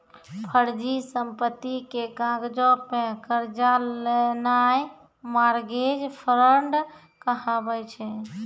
फर्जी संपत्ति के कागजो पे कर्जा लेनाय मार्गेज फ्राड कहाबै छै